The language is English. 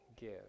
give